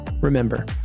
Remember